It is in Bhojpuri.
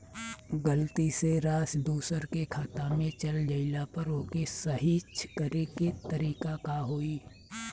गलती से राशि दूसर के खाता में चल जइला पर ओके सहीक्ष करे के का तरीका होई?